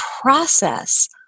process